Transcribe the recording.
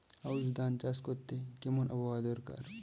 আউশ ধান চাষ করতে কেমন আবহাওয়া দরকার?